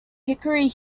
hickory